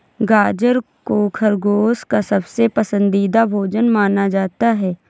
गाजर को खरगोश का सबसे पसन्दीदा भोजन माना जाता है